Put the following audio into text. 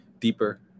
deeper